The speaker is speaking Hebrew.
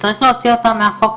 צריך להוציא אותם מהחוק,